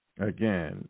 Again